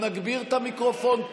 נגביר את המיקרופון.